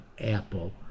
Apple